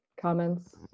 comments